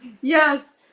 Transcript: yes